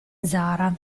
zara